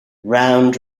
round